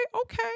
okay